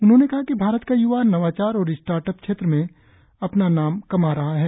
उन्होंने कहा कि भारत का युवा नवाचार और स्टार्ट अप क्षेत्र में अपना नाम कमा रहा है